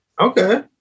okay